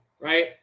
Right